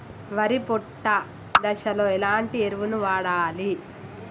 వరి పొట్ట దశలో ఎలాంటి ఎరువును వాడాలి?